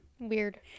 Weird